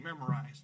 memorized